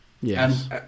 Yes